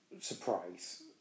surprise